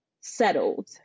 settled